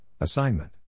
Assignment